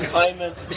payment